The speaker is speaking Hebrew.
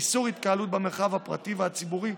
איסור התקהלות במרחב הפרטי והציבורי,